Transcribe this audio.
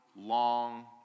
long